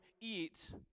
eat